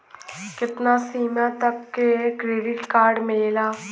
कितना सीमा तक के क्रेडिट कार्ड मिलेला?